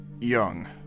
Young